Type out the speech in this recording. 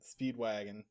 speedwagon